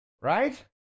Right